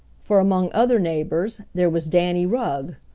for among other neighbors there was danny rugg,